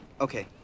Okay